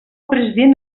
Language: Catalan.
president